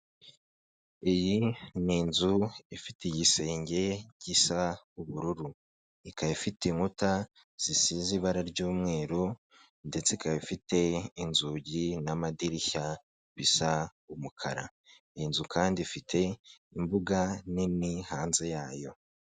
Iyi n'inzu ifite igisenge gisa ubururu, ikaba ifite inkuta zisize ibara ry'umweru ndetse ikaba ifite inzugi n'amadirishya bisa umukara, iyi nzu kandi ifite imbuga nini hanze yayo.